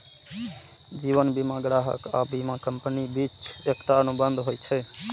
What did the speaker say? जीवन बीमा ग्राहक आ बीमा कंपनीक बीच एकटा अनुबंध होइ छै